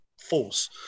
force